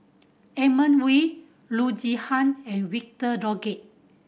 Edmund Wee Loo Zihan and Victor Doggett